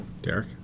Derek